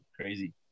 crazy